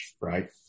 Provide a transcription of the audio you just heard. right